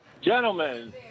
Gentlemen